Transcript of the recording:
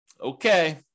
Okay